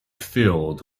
filled